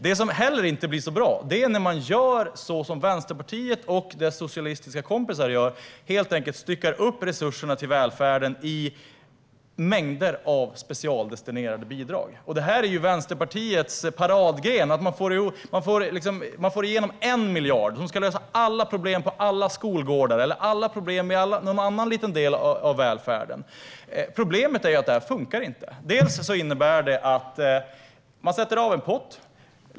Det som heller inte blir så bra är när man gör som Vänsterpartiet och dess socialistiska kompisar och styckar upp resurserna till välfärden i mängder av specialdestinerade bidrag. Det här är Vänsterpartiets paradgren. Man får igenom 1 miljard som ska lösa alla problem på alla skolgårdar, eller alla problem i någon annan liten del av välfärden. Problemet är att det här inte funkar. Man sätter av en pott.